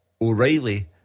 O'Reilly